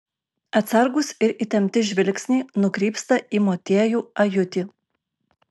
atsargūs ir įtempti žvilgsniai nukrypsta į motiejų ajutį